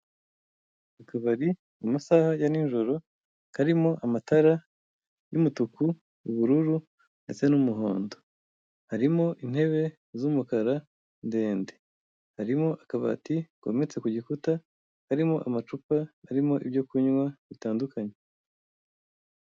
Akabari mu masaha ya nijoro karimo amatara y'umutuku, ubururu ndetse n'umuhondo, harimo intebe z'umukara ndende, harimo akabati kometse ku gikuta karimo amacupa arimo ibyo kunywa bitandukanye.